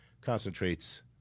concentrates